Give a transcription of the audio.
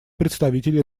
представитель